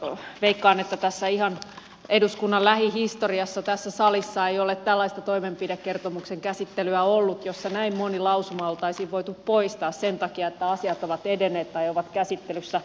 kuitenkin veikkaan että tässä ihan eduskunnan lähihistoriassa tässä salissa ei ole tällaista toimenpidekertomuksen käsittelyä ollut jossa näin moni lausuma olisi voitu poistaa sen takia että asiat ovat edenneet tai ovat käsittelyssä